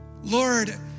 Lord